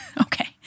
Okay